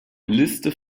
liste